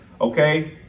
Okay